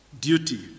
duty